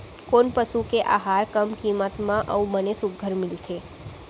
कोन पसु के आहार कम किम्मत म अऊ बने सुघ्घर मिलथे?